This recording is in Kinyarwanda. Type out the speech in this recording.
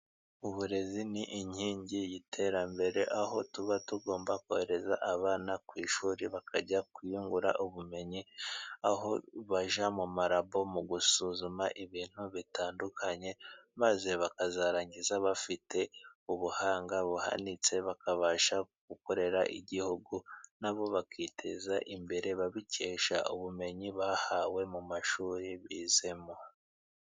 Uburezi ni inkingi y'iterambere, aho tuba tugomba kohereza abana ku ishuri bakajya kwiyungura ubumenyi, aho bajya muri rabo mu gusuzuma ibintu bitandukanye, maze bakarangiza bafite ubuhanga buhanitse, bakabasha gukorera igihugu, nabo bakiteza imbere babikesha ubumenyi bahawe mu mashuri bizemo.